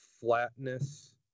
flatness